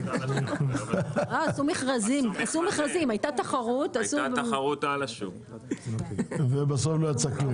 עשו מרכזים, הייתה תחרות- -- ובסוף לא יצא כלום.